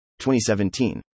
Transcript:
2017